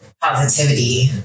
positivity